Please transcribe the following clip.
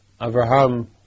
Avraham